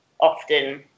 often